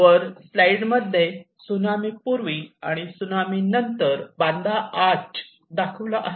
वर स्लाईड मध्ये त्सुनामीपूर्वी आणि त्सुनामी नंतर बांदा आच दाखविला आहे